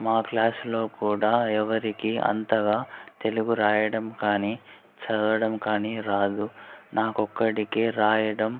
మా క్లాస్లో కూడా ఎవరికి అంతగా తెలుగు రాయడం కాని చదవడం కాని రాదు నాకు ఒక్కడికే రాయడం